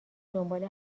دنبال